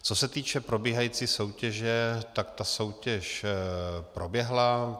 Co se týče probíhající soutěže, tak ta soutěž proběhla.